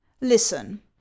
listen